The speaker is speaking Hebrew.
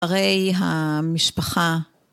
הרי המשפחה